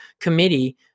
committee